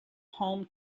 home